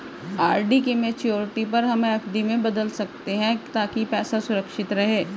RD की maturity पर हम एफ.डी में बदल सकते है ताकि पैसे सुरक्षित रहें